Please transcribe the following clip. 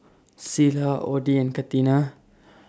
Cilla Odie and Catina